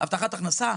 הבטחת הכנסה,